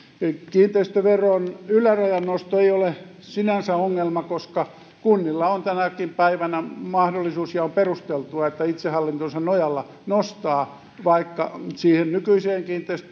kiinteistöveron ylärajan nosto ei ole sinänsä ongelma koska kunnilla on tänäkin päivänä mahdollisuus ja on perusteltua itsehallintonsa nojalla nostaa vaikka siihen nykyiseen